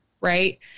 right